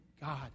God